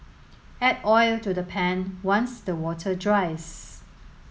add oil to the pan once the water dries